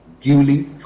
duly